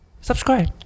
subscribe